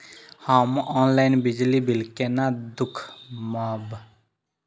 हम ऑनलाईन बिजली बील केना दूखमब?